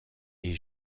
est